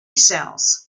cells